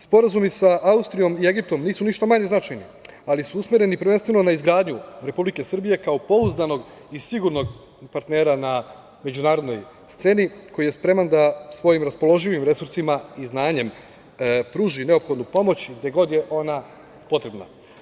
Sporazumi sa Austrijom i Egiptom nisu ništa manje značajni, ali su usmereni prvenstveno na izgradnju Republike Srbije kao pouzdanog i sigurnog partnera na međunarodnoj sceni koji je spreman da svojim raspoloživim resursima i znanjem pruži neophodnu pomoć gde god je ona potrebna.